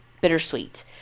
Bittersweet